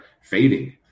fading